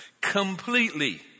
completely